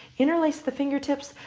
interlace the fingertips.